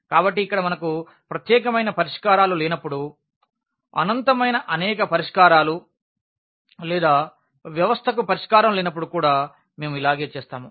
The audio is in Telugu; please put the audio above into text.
కాబట్టి ఇక్కడ మనకు ప్రత్యేకమైన పరిష్కారాలు లేనప్పుడు అనంతమైన అనేక పరిష్కారాలు లేదా వ్యవస్థకు పరిష్కారం లేనప్పుడు కూడా మేము ఇలాగే చేస్తాము